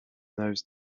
those